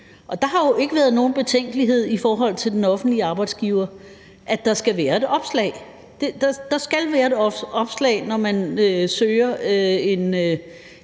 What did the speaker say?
Der er der ikke noget at betænke sig på i forhold til den offentlige arbejdsgiver, for der skal være et opslag. Der skal være et opslag, når man søger